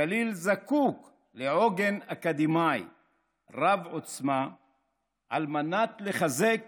הגליל זקוק לעוגן אקדמי רב-עוצמה על מנת לחזק